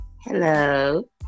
Hello